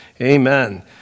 Amen